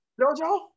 Jojo